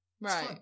Right